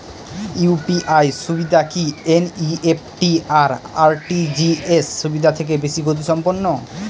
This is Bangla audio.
ইউ.পি.আই সুবিধা কি এন.ই.এফ.টি আর আর.টি.জি.এস সুবিধা থেকে বেশি গতিসম্পন্ন?